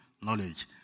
knowledge